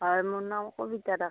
হয় মোৰ নাম কবিতা দাস